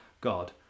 God